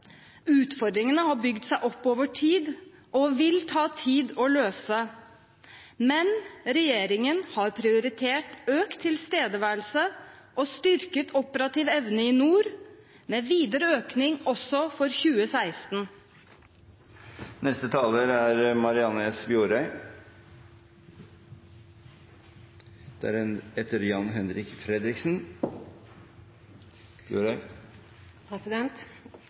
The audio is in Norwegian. Utfordringene har bygd seg opp over tid og vil ta tid å løse. Men regjeringen har prioritert økt tilstedeværelse og styrket operativ evne i nord med videre økning også for 2016. I dag er det mange som har vært opptatt av den økende arbeidsledigheten. Det er